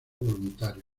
voluntario